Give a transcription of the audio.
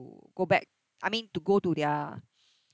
to go back I mean to go to their